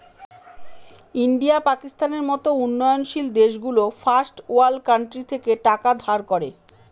India, পাকিস্তানের মত উন্নয়নশীল দেশগুলো ফার্স্ট ওয়ার্ল্ড কান্ট্রি থেকে টাকা ধার করে